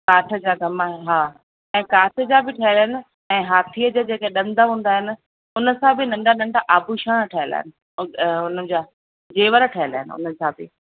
काठ जा कमु हा ऐं कांच जा बि ठहियल आहिनि ऐं हाथीअ जा जेके ॾंद हूंदा आहिनि हुन सां बि नंढा नंढा आभूषण ठहियल आहिनि हुन जा जेवर ठहियल आहिनि हुनजा बि